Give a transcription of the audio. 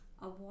Avoid